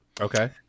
Okay